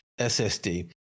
SSD